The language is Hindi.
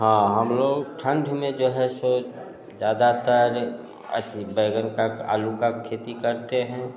हाँ हम लोग ठंड में जो है सो ज़्यादातर अथी बैंगन का आलू का खेती करते हैं